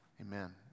Amen